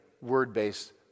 word-based